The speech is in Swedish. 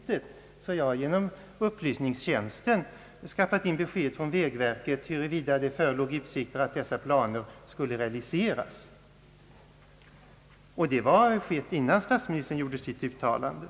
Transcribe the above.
Jag har därför genom riksdagens upplysningstjänst inhämtat besked från vägverket i frågan huruvida utsikter föreligger att dessa planer kommer att realiseras. Det var innan statsministern gjorde sitt uttalande.